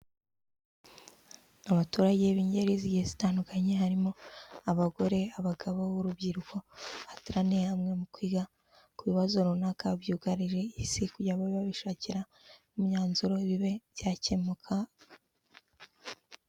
Abaturage b'ingeri zigiye zitandukanye harimo abagore, abagabo n'urubyiruko, bateraniye hamwe mu kwiga ku bibazo runaka byugarije isi kugira ngo babe babishakira imyanzuro bibe byakemuka.